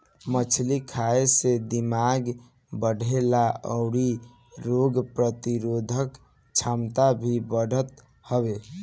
मछरी खाए से दिमाग बढ़ेला अउरी रोग प्रतिरोधक छमता भी बढ़त हवे